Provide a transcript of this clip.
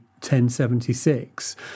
1076